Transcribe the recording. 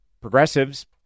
progressives